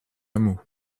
hameaux